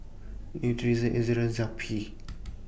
Nutren Z Ezerra Zappy